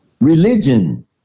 religion